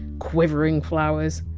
quivering flowers.